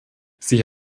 sie